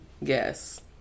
Yes